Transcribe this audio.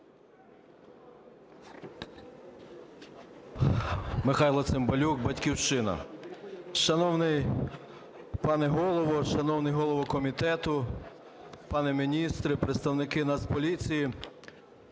Михайло Цимбалюк, "Батьківщина". Шановний пане Голово, шановний голово комітету, пани міністри, представники Нацполіції,